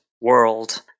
world